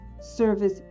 service